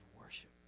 worship